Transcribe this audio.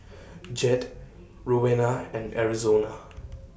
Jed Rowena and Arizona